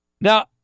Now